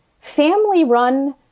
family-run